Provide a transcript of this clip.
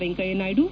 Venkaiah Naidu